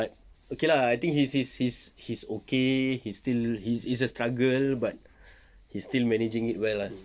but okay lah I think he's he's okay he's still it's it's a struggle but he still managing it well ah